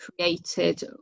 created